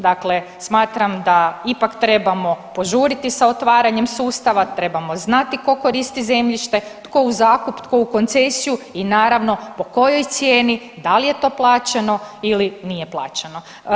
Dakle, smatram da ipak trebamo požuriti sa otvaranjem sustava, trebamo znati tko koristi zemljište, tko u zakup, tko u koncesiju i naravno, po kojoj cijeni, da li je to plaćeno ili nije plaćeno.